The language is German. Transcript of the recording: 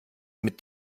mit